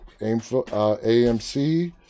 AMC